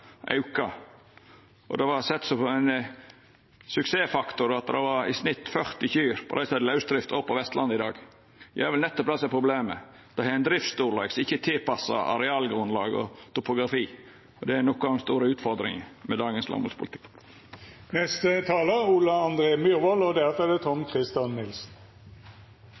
auka. Det vart i dag sett som ein suksessfaktor at det i snitt er 40 kyr i lausdrift på Vestlandet. Det er vel nettopp det som er problemet. Dei har ein driftsstorleik som ikkje er tilpassa arealgrunnlaget og topografien. Det er noko av den store utfordringa med dagens